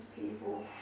people